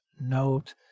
note